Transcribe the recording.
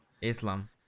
Islam